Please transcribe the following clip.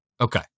Okay